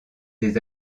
des